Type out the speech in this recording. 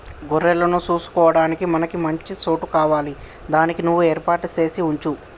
గొర్రెలను సూసుకొడానికి మనకి మంచి సోటు కావాలి దానికి నువ్వు ఏర్పాటు సేసి వుంచు